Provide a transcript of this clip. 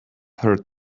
heard